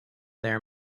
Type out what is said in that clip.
their